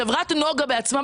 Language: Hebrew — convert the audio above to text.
חברת נגה אומרת בעצמה,